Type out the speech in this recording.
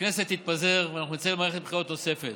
והכנסת תתפזר, ואנחנו נצא למערכת בחירות נוספת.